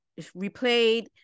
replayed